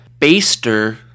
Baster